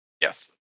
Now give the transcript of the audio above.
Yes